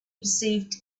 perceived